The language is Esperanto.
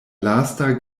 lasta